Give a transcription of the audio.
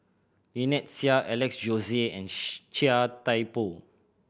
Lynnette Seah Alex Josey and Chia Thye Poh